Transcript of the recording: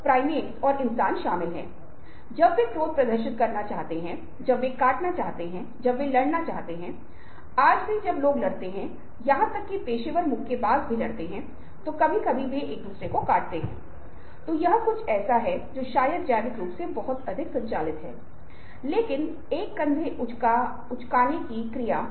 राजनीतिज्ञ आज हमें मनाने की कोशिश करते हैं क्योंकि जब स्पष्ट रूप से दो राजनीतिज्ञ होते हैं तो किसी को जीतना होता है और ऐसा करने के लिए लोगों को उसकी बातों से सहमत होना पड़ता है और फिर से अनुनय होता है